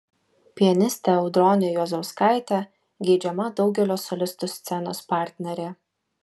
pianistė audronė juozauskaitė geidžiama daugelio solistų scenos partnerė